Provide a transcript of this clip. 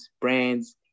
brands